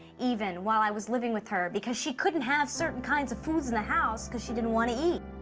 even, while i was living with her, because she couldn't have certain kinds of foods in the house cause she didn't want to eat.